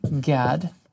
Gad